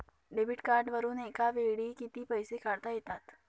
Debit कार्डवरुन एका वेळी किती पैसे काढता येतात?